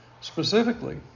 specifically